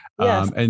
Yes